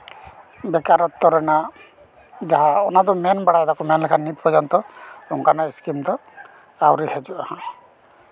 ᱵᱮᱠᱟᱨᱚᱛᱛᱚ ᱨᱮᱱᱟᱜ ᱡᱟᱦᱟᱸ ᱚᱱᱟ ᱫᱚ ᱢᱮᱱ ᱵᱟᱲᱟᱭ ᱫᱟᱠᱚ ᱢᱮᱱᱞᱮᱠᱷᱟᱱ ᱱᱤᱛ ᱯᱚᱨᱡᱚᱱᱛᱚ ᱚᱱᱠᱟᱱᱟᱜ ᱤᱥᱠᱤᱢ ᱫᱚ ᱟᱹᱣᱨᱤ ᱦᱤᱡᱩᱜᱼᱟ ᱦᱟᱸᱜ